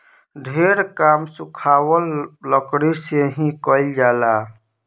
ढेर काम सुखावल लकड़ी से ही कईल जाला